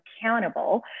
accountable